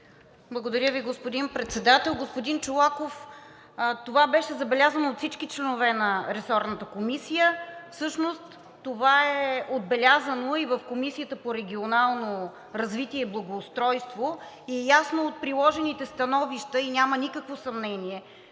Благодаря Ви, господин Председател. Господин Чолаков, това беше забелязано от всички членове на ресорната комисия. Всъщност това е отбелязано и в Комисията по регионално развитие и благоустройство и е ясно от приложените становища, и няма никакво съмнение.